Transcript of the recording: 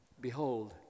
behold